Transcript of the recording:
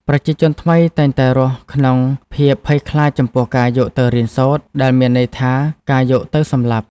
ប្រជាជនថ្មីតែងតែរស់ក្នុងភាពភ័យខ្លាចចំពោះការ "យកទៅរៀនសូត្រ" ដែលមានន័យថាការយកទៅសម្លាប់។